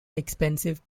expensive